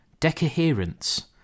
Decoherence